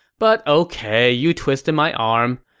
but ok you twisted my arm.